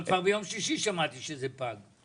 אבל כבר ביום שישי שמעתי שזה פג.